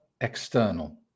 external